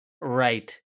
right